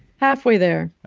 halfway there.